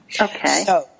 Okay